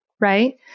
right